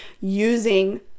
using